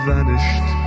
Vanished